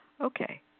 okay